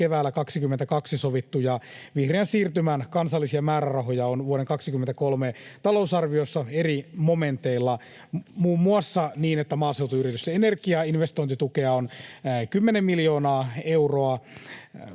keväällä 22 sovittuja vihreän siirtymän kansallisia määrärahoja on vuoden 23 talousarviossa eri momenteilla muun muassa niin, että maaseutuyritysten energiainvestointitukea on 10 miljoonaa euroa